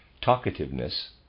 Talkativeness